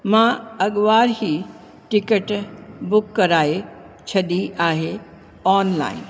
मां अॻवार ई टिकट बुक कराए छॾी आहे ऑनलाइन